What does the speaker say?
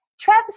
Travis